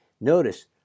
notice